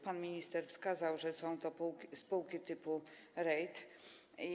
Pan minister wskazał, że są to spółki typu REIT.